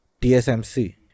TSMC